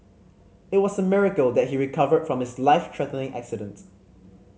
it was a miracle that he recovered from his life threatening accident